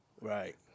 Right